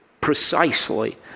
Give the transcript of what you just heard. precisely